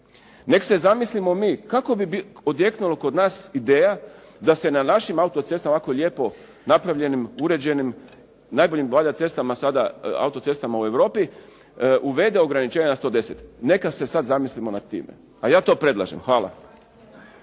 Neka se zamislimo mi kako bi odjeknula kod nas ideja da se na našim autocestama ovako lijepo napravljenim, uređenim, najboljim valjda cestama, autocestama u Europi uvede ograničenje na 110. Neka se sad zamislimo nad time. A ja to predlažem. Hvala.